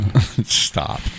Stop